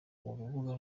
urubuga